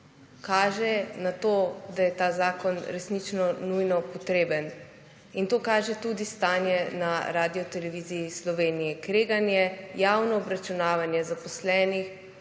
kaže na to, da je ta zakon resnično nujno potreben. In to kaže tudi stanje na RTV Sloveniji. Kreganje, javno obračunavanje zaposlenih